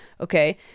okay